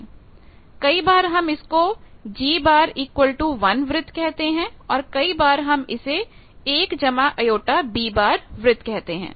कई बार हम इसको G1 वृत्त कहते हैं और कई बार इसे 1jB वृत्त कहते हैं